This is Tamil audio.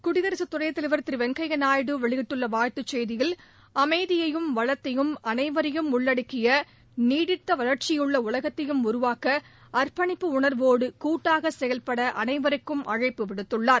குடியரசு துணைத்தலைவர் திரு வெங்கையா நாயுடு வெளியிட்டுள்ள வாழ்த்துச் செய்தியில் அமைதியையும் வளத்தையும் அனைவரையும் உள்ளடக்கிய நீடித்த வளர்ச்சியுள்ள உலகத்தையும் உருவாக்க அர்ப்பணிப்பு உணர்வோடு கூட்டாக செயல்பட அனைவருக்கும் அழைப்புவிடுத்துள்ளார்